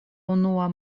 unua